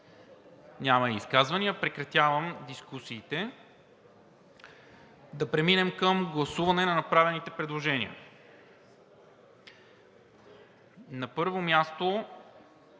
има ли? Няма. Прекратявам дискусиите. Да преминем към гласуване на направените предложения. На първо място,